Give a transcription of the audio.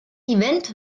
event